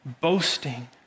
boasting